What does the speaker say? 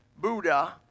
Buddha